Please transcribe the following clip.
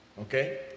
okay